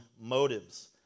motives